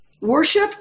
worship